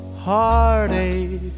heartache